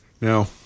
Now